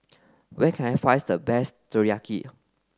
where can I finds the best Teriyaki